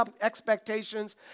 expectations